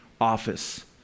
office